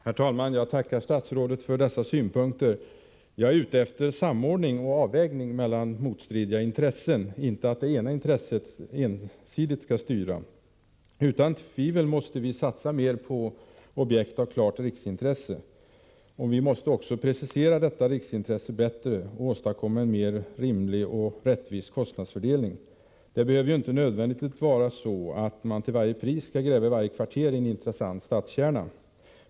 Herr talman! Jag tackar statsrådet för dessa synpunkter. Jag är ute efter samordning och avvägning mellan motstridiga instressen, inte efter att det ena intresset ensidigt skall styra. Utan tvivel måste man satsa mer på objekt av klart riksintresse. Vi måste också precisera detta riksintresse bättre och åstadkomma en mer rimlig och rättvis kostnadsfördelning. Det behöver inte nödvändigtvis vara så att man till varje pris skall gräva i vartenda kvarter i en intressant stadskärna.